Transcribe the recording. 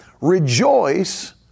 rejoice